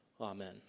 Amen